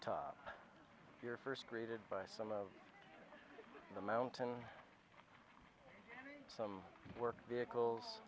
of your first greeted by some of the mountain some work vehicles